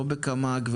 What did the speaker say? לא בקמ"ג,